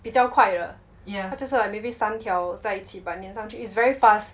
比较快的他就是 like maybe 三条在一起 but 黏上去 is very fast